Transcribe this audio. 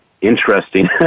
interesting